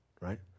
right